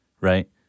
right